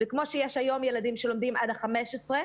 כמו שיש היום ילדים שלומדים עד ה-15,